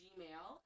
Gmail